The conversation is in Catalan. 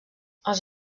els